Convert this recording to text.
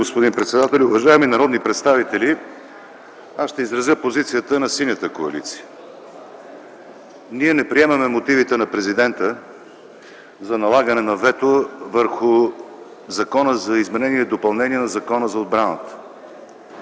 господин председателю. Уважаеми народни представители, аз ще изразя позицията на Синята коалиция. Ние не приемаме мотивите на президента за налагане на вето върху Закона за изменение и допълнение на Закона за отбраната.